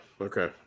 okay